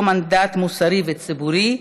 של המחנה הציוני: ראש ממשלה ללא מנדט מוסרי וציבורי.